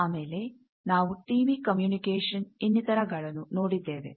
ಆಮೇಲೆ ನಾವು TV communication ಇನ್ನಿತರ ಗಳನ್ನು ನೋಡಿದ್ದೇವೆ